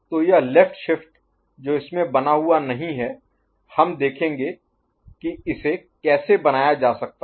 तो यह left shift जो इसमें बना हुआ नहीं है हम देखेंगे कि इसे कैसे बनाया जा सकता है